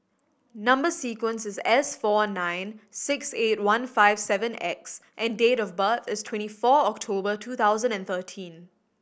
number sequence is S four nine six eight one five seven X and date of birth is twenty four October two thousand and thirteen